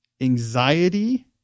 anxiety